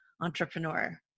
entrepreneur